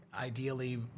ideally